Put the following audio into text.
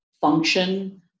function